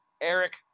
Eric